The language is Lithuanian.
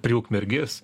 prie ukmergės